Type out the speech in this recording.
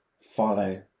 follow